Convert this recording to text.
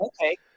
Okay